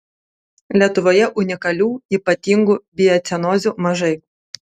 lietuvoje unikalių ypatingų biocenozių mažai